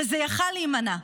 וזה היה יכול להימנע.